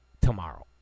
tomorrow